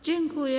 Dziękuję.